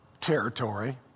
territory